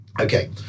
Okay